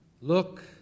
look